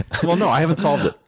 and well, no. i haven't solved it.